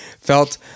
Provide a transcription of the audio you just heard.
felt